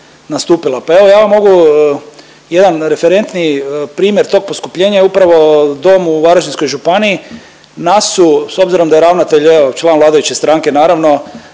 pa evo ja vam mogu jedan referentni primjer tog poskupljenja je upravo dom u Varaždinskoj županiji. Nas su s obzirom da je ravnatelj član vladajuće stranke naravno